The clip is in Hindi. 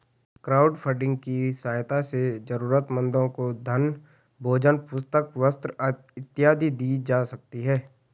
क्राउडफंडिंग की सहायता से जरूरतमंदों को धन भोजन पुस्तक वस्त्र इत्यादि दी जा सकती है